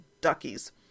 duckies